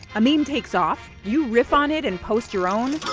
i mean takes off, you riff on it and post your own,